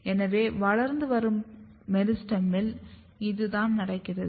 எனவே வளர்ந்து வரும் மெரிஸ்டெமில் இதுதான் நடக்கிறது